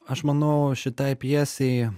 aš manau šitai pjesei